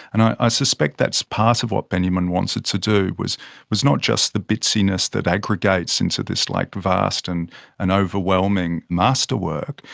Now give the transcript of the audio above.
and, i suspect that's part of what benjamin wanted to do, was was not just the bitsiness that aggregates into this like vast, and an overwhelming masterwork.